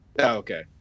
okay